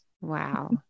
Wow